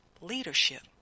leadership